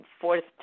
fourth